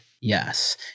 Yes